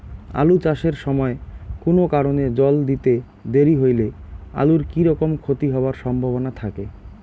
আলু চাষ এর সময় কুনো কারণে জল দিতে দেরি হইলে আলুর কি রকম ক্ষতি হবার সম্ভবনা থাকে?